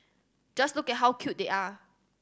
just look at how cute they are